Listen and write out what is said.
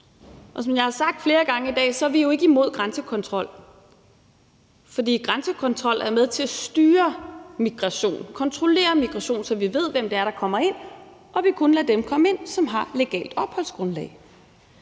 Som jeg har sagt flere gange i dag, er vi jo ikke imod grænsekontrol. Grænsekontrol er med til at styre migration og kontrollere migration, så vi ved, hvem der kommer ind, og vi kun lader dem komme ind, som har et legalt opholdsgrundlag.